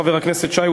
חבר הכנסת שי,